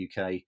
uk